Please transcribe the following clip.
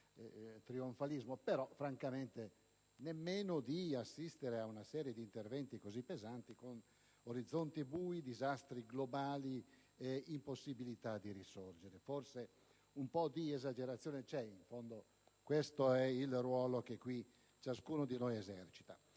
al trionfalismo, ma francamente nemmeno di assistere ad una serie di interventi così pesanti, con orizzonti bui, disastri globali ed impossibilità di risorgere. Forse un po' di esagerazione c'è; dopotutto, questo è il ruolo che qui ciascuno di noi esercita.